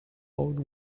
oiled